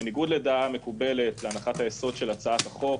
בניגוד לדעה המקובלת בהנחת היסוד של הצעת החוק